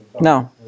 No